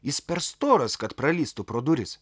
jis per storas kad pralįstų pro duris